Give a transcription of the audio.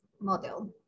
model